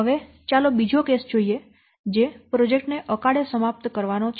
હવે ચાલો બીજો કેસ જોઈએ જે પ્રોજેક્ટ ને અકાળે સમાપ્ત કરવાનો છે